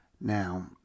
Now